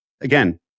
again